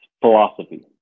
philosophy